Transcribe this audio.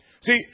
See